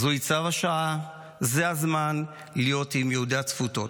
זהו צו השעה, זמן הזמן להיות עם יהודי התפוצות.